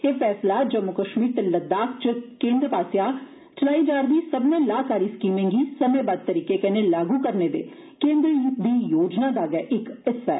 ए फैसला जम्मू कश्मीर ते लद्दाख च केन्द्र पास्सेआ चलाई जारदी सब्बनै लाहकारी स्कीम गी समेंबद्द तरीके कन्नै लागू करने दे केन्द्र दी योजना दा गै इक हिस्सा ऐ